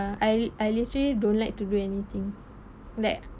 ya I I literally don't like to do anything that